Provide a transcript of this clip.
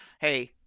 Hey